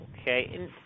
Okay